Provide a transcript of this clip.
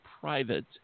private